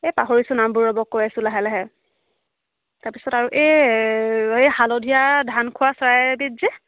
এই পাহৰিছোঁ নামবোৰ ৰ'ব কৈ আছো লাহে লাহে তাৰ পিছত আৰু এই এই হালধীয়া ধান খোৱা চৰাইবিধ যে